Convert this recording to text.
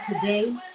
today